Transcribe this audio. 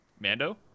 Mando